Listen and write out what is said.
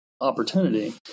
opportunity